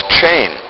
chain